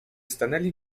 stanęli